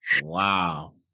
Wow